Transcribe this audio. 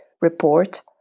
report